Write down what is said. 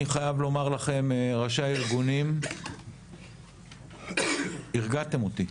אני חייב לומר לכם ראשי הארגונים, הרגעתם אותי.